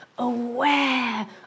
aware